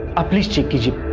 please check it.